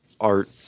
art